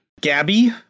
Gabby